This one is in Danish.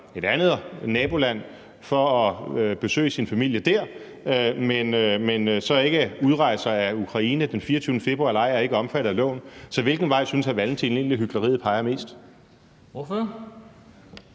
et andet naboland for at besøge sin familie dér, men så ikke udrejser af Ukraine den 24. februar, så er man ikke omfattet af loven. Så hvilken vej synes hr. Carl Valentin egentlig at hykleriet peger mest?